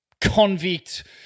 convict